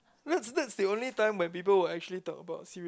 that's that's the only time when people would actually talk about serious